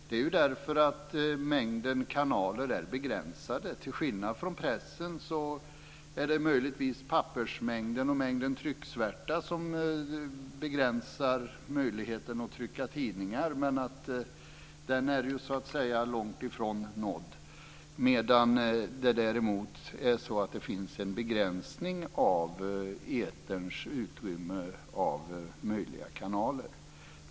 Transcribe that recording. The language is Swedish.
Det är därför att mängden kanaler är begränsad, till skillnad från pressen där det möjligtvis är pappersmängden och mängden trycksvärta som begränsar möjligheten att trycka tidningar - men den är så att säga långt ifrån nådd - medan det däremot finns en begränsning av eterns utrymme av möjliga kanaler.